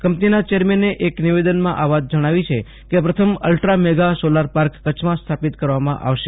કંપનીના ચેરમેને એક નિવેદનમાં આ વાત જજ્ઞાવી છે કે પ્રથમ અહ્ટ્રા મેગા સોલાર પાર્ક કચ્છમાં સ્થાપિત કરવામાં આવશે